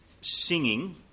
singing